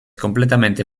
completamente